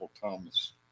Thomas